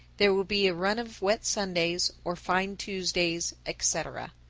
there will be a run of wet sundays or fine tuesdays, etc.